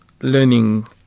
learning